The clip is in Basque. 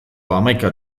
hamaika